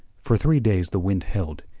for three days the wind held,